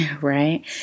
right